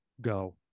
go